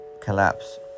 collapse